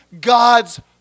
God's